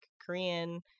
Korean